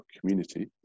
community